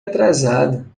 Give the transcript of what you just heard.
atrasado